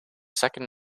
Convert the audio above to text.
second